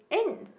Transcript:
and